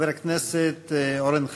חבר הכנסת אורן חזן.